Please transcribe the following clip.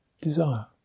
Desire